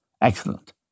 excellent